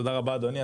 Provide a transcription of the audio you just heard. תודה רבה, אדוני.